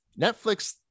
Netflix